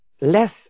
less